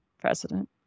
president